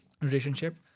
relationship